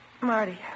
Marty